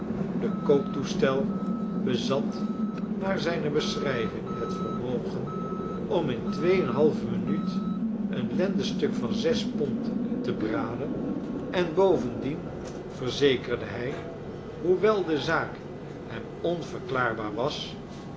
de kooktoestel bezat naar zijne beschrijving het vermogen om in twee en eene halve minuut een lendenstuk van zes pond te braden en bovendien verzekerde hij hoewel de zaak hem onverklaarbaar was